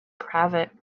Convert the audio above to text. cravat